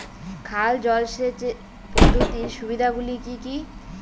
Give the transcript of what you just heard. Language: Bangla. খাল জলসেচ পদ্ধতির সুবিধাগুলি কি কি?